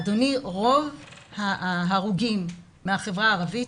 אדוני, רוב ההרוגים מהחברה הערבית,